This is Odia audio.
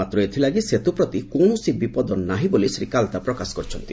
ମାତ୍ର ଏଥିଲାଗି ସେତୁ ପ୍ରତି କୌଶସି ବିପଦ ନାହିଁ ବୋଲି ଶ୍ରୀ କାଲ୍ତା ପ୍ରକାଶ କରିଛନ୍ତି